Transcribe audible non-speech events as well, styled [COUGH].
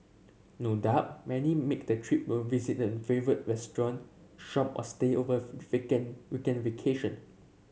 no doubt many make the trip to visit a favourite restaurant shop or stay over of [UNINTELLIGIBLE] weekend vacation